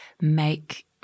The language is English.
make